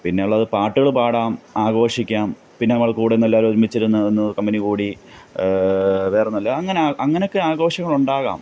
പിന്നെയുള്ളത് പാട്ടുകൾ പാടാം ആഘോഷിക്കാം പിന്നെ നമ്മൾ കൂടെ നിന്ന് എല്ലാവരും ഒരുമിച്ചിരുന്ന് ഒന്ന് കമ്പനി കൂടി വേറെ ഒന്നും അല്ല അങ്ങാനെ അങ്ങനെയൊക്കെ ആഘോഷങ്ങളുണ്ടാകാം